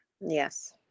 Yes